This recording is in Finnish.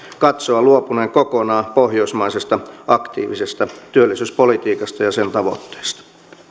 katsoa luopuneen kokonaan pohjoismaisesta aktiivisesta työllisyyspolitiikasta ja sen tavoitteista